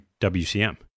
WCM